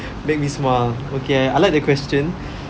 make me smile okay I like the question